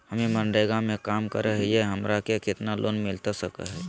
हमे मनरेगा में काम करे हियई, हमरा के कितना लोन मिलता सके हई?